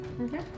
Okay